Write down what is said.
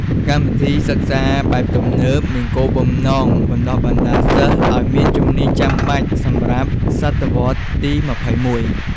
កម្មវិធីសិក្សាបែបទំនើបមានគោលបំណងបណ្ដុះបណ្ដាលសិស្សឲ្យមានជំនាញចាំបាច់សម្រាប់សតវត្សរ៍ទី២១។